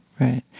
right